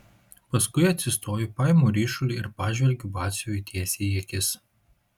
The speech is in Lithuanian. paskui atsistoju paimu ryšulį ir pažvelgiu batsiuviui tiesiai į akis